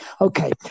okay